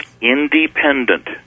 independent